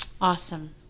Awesome